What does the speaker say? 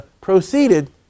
proceeded